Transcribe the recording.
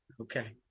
Okay